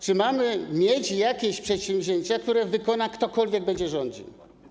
Czy mamy mieć jakieś przedsięwzięcia, które wykona ten, kto będzie rządził?